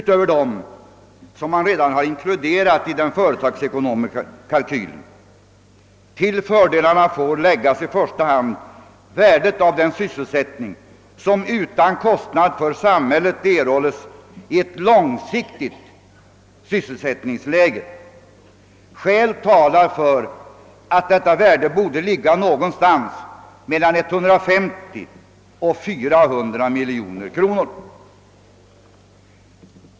Till fördelarna skall i första hand räknas värdet av den sysselsättning som kan beredas människorna utan kostnader för samhället i ett långsiktigt sysselsättningsläge. Skäl talar för att det värdet bör uppskattas till 150—400 miljoner kronor.